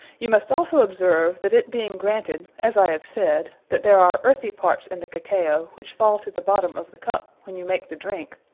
you must also observe, that it being granted, as i have said, that there are earthy parts in the cacao, which fall to the bottome of the cup, when you make the drinke,